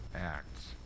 Acts